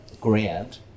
grant